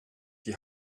die